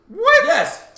Yes